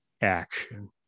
action